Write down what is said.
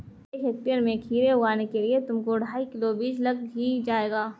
एक हेक्टेयर में खीरे उगाने के लिए तुमको ढाई किलो बीज लग ही जाएंगे